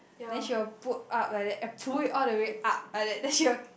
then she will put up like that and pull it all the way up like that then she was